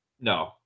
No